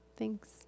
Thanks